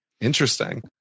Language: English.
interesting